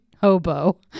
Hobo